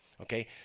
Okay